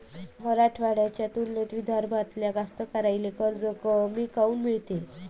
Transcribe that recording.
मराठवाड्याच्या तुलनेत विदर्भातल्या कास्तकाराइले कर्ज कमी काऊन मिळते?